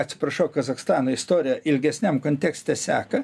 atsiprašau kazachstano istoriją ilgesniam kontekste seka